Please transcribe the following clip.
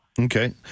Okay